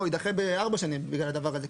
יידחה בארבע שנים בגלל זה הדבר הזה,